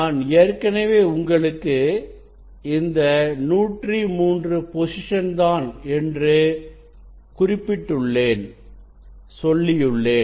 நான் ஏற்கனவே உங்களுக்கு இந்த 103 பொசிஷன் தான் என்று குறிப்பிட்டுள்ளேன் சொல்லியுள்ளேன்